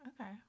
okay